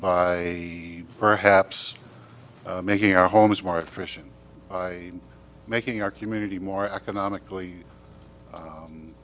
by perhaps making our homes more efficient by making our community more economically